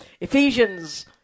Ephesians